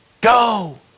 go